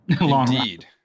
Indeed